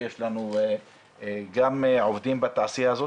ויש לנו גם עובדים בתעשייה הזאת,